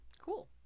Cool